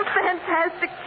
fantastic